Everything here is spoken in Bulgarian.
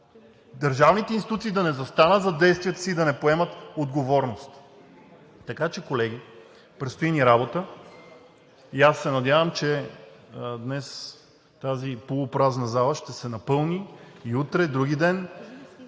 държавните институции да не застанат зад действията си и да не поемат отговорност. Така че, колеги, предстои ни работа и аз се надявам, че днес тази полупразна зала ще се напълни и утре, вдругиден,